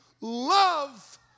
love